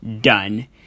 done